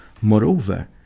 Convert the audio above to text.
Moreover